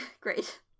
Great